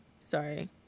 Sorry